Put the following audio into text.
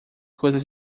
coisas